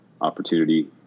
opportunity